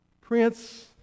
prince